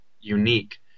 unique